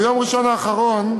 ביום ראשון האחרון,